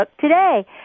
today